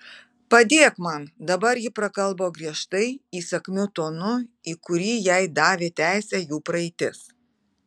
padėk man dabar ji prakalbo griežtai įsakmiu tonu į kurį jai davė teisę jų praeitis